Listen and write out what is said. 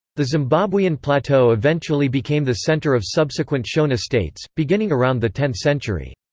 the zimbabwean plateau eventually became the centre of subsequent shona states, beginning around the tenth century.